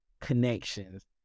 connections